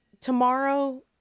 tomorrow